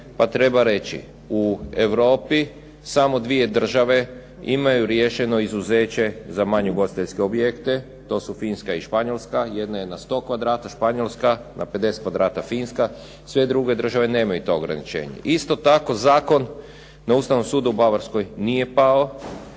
treba reći u Europi samo 2 države imaju riješeno izuzeće za manje ugostiteljske objekte. To su Finska i Španjolska. Jedna je na 100 kvadrata, Španjolska, na 50 kvadrata Finska, sve druge države nemaju to ograničenje. Isto tako zakon na Ustavnom sudu u Bavarskoj nije pao